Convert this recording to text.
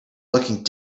looking